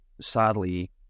sadly